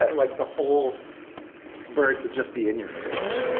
like, the whole bird to just be in your fridge